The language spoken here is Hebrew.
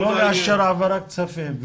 לא לאשר העברות כספים.